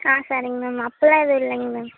ஆ சரிங்க மேம் அப்பிட்லாம் ஏதும் இல்லைங்க மேம்